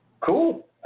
cool